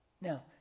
Now